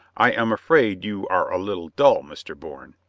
i am afraid you are a little dull, mr. bourne.